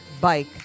bike